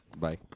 Bye